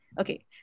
Okay